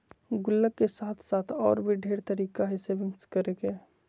गुल्लक के साथ साथ और भी ढेर तरीका हइ सेविंग्स करे के